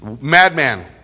madman